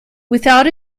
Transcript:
without